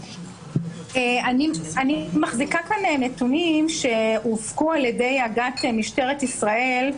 אני מחזיקה כאן נתונים שהופקו על ידי אג"ת משטרת ישראל,